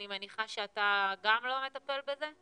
אני מניחה שאתה גם לא מטפל בזה?